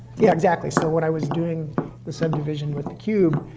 yeah, exactly. so what i was doing the subdivision with the cube,